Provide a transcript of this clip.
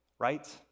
Right